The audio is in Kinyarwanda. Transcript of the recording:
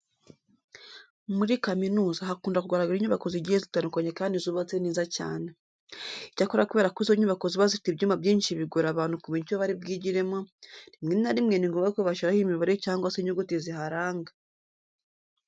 Muri kaminuza hakunda kugaragara inyubako zigiye zitandukanye kandi zubatse neza cyane. Icyakora kubera ko izo nyubako ziba zifite ibyumba byinshi bigora abantu kumenya icyo bari bwigiremo, rimwe na rimwe ni ngombwa ko bashyiraho imibare cyangwa se inyuguti ziharanga.